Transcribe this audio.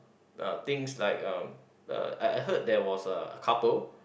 uh things like uh I I heard there was a couple